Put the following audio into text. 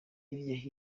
hirya